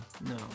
No